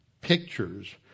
pictures